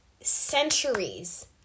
centuries